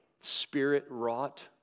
Spirit-wrought